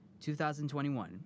2021